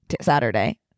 Saturday